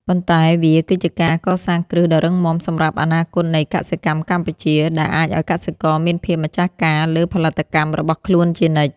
ប៉ុន្តែវាគឺជាការកសាងគ្រឹះដ៏រឹងមាំសម្រាប់អនាគតនៃកសិកម្មកម្ពុជា ដែលអាចឱ្យកសិករមានភាពម្ចាស់ការលើផលិតកម្មរបស់ខ្លួនជានិច្ច។